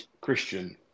Christian